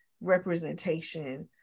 representation